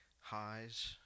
highs